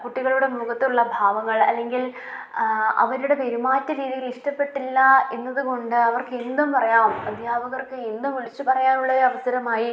കുട്ടികളുടെ മുഖത്തുള്ള ഭാവങ്ങൾ അല്ലെങ്കിൽ അവരുടെ പെരുമാറ്റ രീതിയിലിഷ്ടപ്പെട്ടില്ല എന്നത് കൊണ്ട് അവർക്ക് എന്തും പറയാം അദ്ധ്യാപകർക്ക് എന്തും വിളിച്ച് പറയാനുള്ളൊരു അവസരമായി